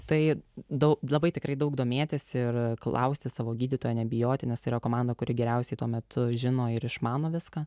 tai daug labai tikrai daug domėtis ir klausti savo gydytojo nebijoti nes yra komanda kuri geriausiai tuo metu žino ir išmano viską